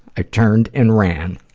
i turned and ran.